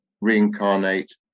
reincarnate